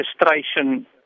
registration